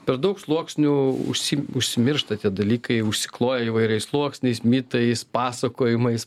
per daug sluoksnių užsiim užsimiršta tie dalykai užsikloja įvairiais sluoksniais mitais pasakojimais